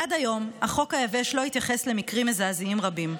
עד היום החוק היבש לא התייחס למקרים מזעזעים רבים.